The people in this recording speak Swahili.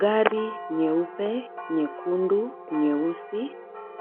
Gari nyeupe, nyekundu, nyeusi